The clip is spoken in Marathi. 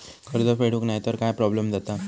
कर्ज फेडूक नाय तर काय प्रोब्लेम जाता?